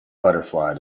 butterfly